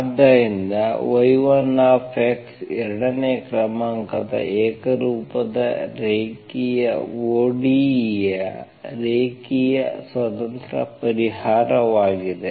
ಆದ್ದರಿಂದ y1x ಎರಡನೇ ಕ್ರಮಾಂಕದ ಏಕರೂಪದ ರೇಖೀಯ ODE ಯ ರೇಖೀಯ ಸ್ವತಂತ್ರ ಪರಿಹಾರವಾಗಿದೆ